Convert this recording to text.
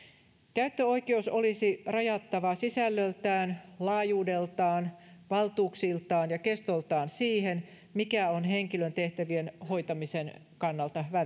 käyttöoikeus olisi rajattava sisällöltään laajuudeltaan valtuuksiltaan ja kestoltaan siihen mikä on henkilön tehtävien hoitamisen kannalta